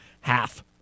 half